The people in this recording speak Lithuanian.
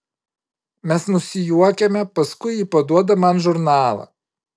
mes nusijuokiame paskui ji paduoda man žurnalą